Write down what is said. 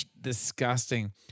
Disgusting